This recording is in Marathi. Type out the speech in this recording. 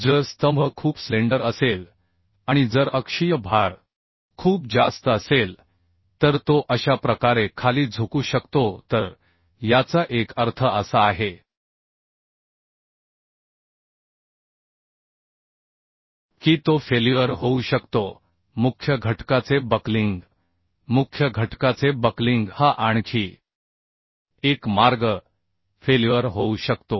जर स्तंभ खूप स्लेंडर असेल आणि जर अक्षीय भार खूप जास्त असेल तर तो अशा प्रकारे खाली झुकू शकतो तर याचा एक अर्थ असा आहे की तो फेल्युअर होऊ शकतो मुख्य घटकाचे बक्लिंग मुख्य घटकाचे बक्लिंग हा आणखी एक मार्ग फेल्युअर होऊ शकतो